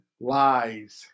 lies